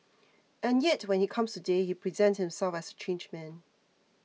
and yet when he comes today he presents himself as a changed man